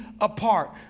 apart